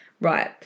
Right